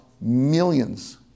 millions